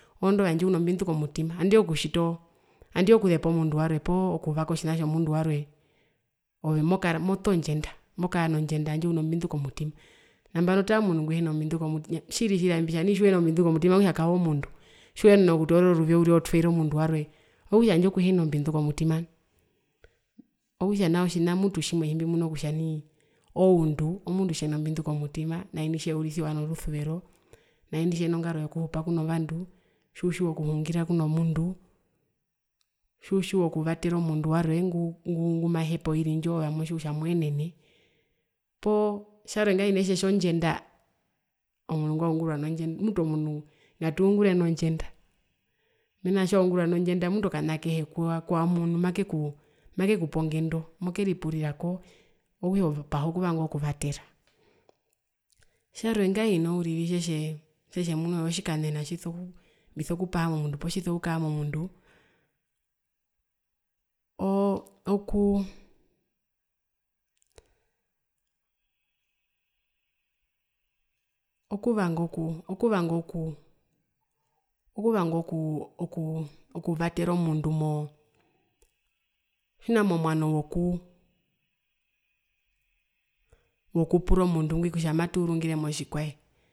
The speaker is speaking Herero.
Andii okutjitoo andi okuzepa omundu warwe poo kuvaka otjina tjomundu warwe ove mokara no moto ndjenda handje uno mbindu komutima nambano tara omundu nguhena mbindu komutima, tjiri tjiri ami mbitja nai tjiuhena mbindu komutima okutja kaove omundu tjiuyenena okutoora oruvyo uriri otwere momundu warwe okutja handje okuhena mbindu komutima, okutja nao tjina tjimbimuna kutja nai oundu omundu tjeno mbindu komutima nai tjeurisiwa norusuvero nai ndi tjeno ngaro yokuhupa punovandu tjiutjiwa okuhungira kuno vandu tjitjiwa okuvatera omundu warwe tjimotjiwa kutja nai oirindji ndjo ove amotjiwa kutja nai moenene poo tjarwe ngahino etjetja ondjenda poo omundu ngwaungurwa nondjenda mutu ngatuungurwe nondjenda mena kutja tjiwaungurwa nondjenda mutu okana akehe kuwamunu makeku makepe ongendo mokeripurirako okutja oveopaha okuvanga okuvatera, tjarwe ngahino tjetje muna kutja otjianena tjiso mbiso kupaha momundu oo okuu okuvanga oku okuvanga oku okuu okuu okuvatera omundu motjina momwano wokuu wokupura omundu ngwi kutja matuurungire motjikwae.